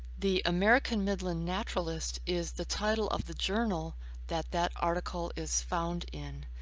the american midland naturalist is the title of the journal that that article is found in.